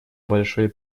большой